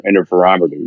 interferometry